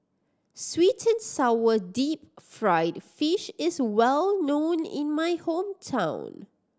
sweet and sour deep fried fish is well known in my hometown